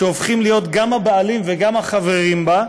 שהופכים להיות גם הבעלים וגם החברים בה.